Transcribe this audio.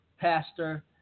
pastor